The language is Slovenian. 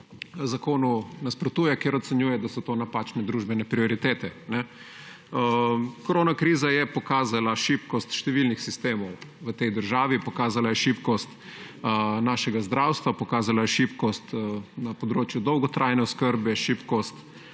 zakonu nasprotuje, ker ocenjuje, da so to napačne družbene prioritete. Koronakriza je pokazala šibkost številnih sistemov v tej državi. Pokazala je šibkost našega zdravstva, pokazala je šibkost na področju dolgotrajne oskrbe, šibkost